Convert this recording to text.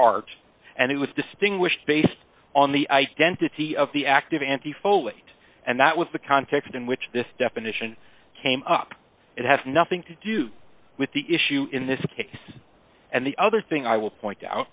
art and it was distinguish based on the identity of the active and the foley and that was the context in which this definition came up it has nothing to do with the issue in this case and the other thing i will point out